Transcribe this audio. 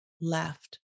left